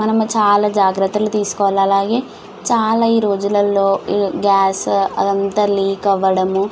మనం చాలా జాగ్రత్తలు తీసుకోవాలి అలాగే చాలా ఈ రోజులల్లో ఈ గ్యాస్ అదంతా లీక్ అవ్వడము